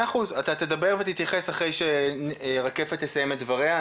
אתה תדבר ותתייחס אחרי שרקפת תסיים את דבריה,